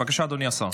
בבקשה, אדוני השר.